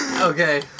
Okay